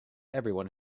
everyone